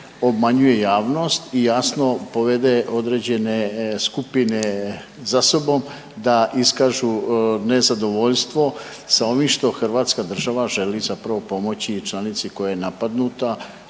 obmanjuje javnost i jasno povede određene skupine za sobom da iskažu nezadovoljstvo sa ovim što hrvatska država želi zapravo pomoći članici koja je napadnuta,